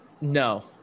no